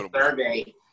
survey